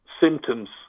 symptoms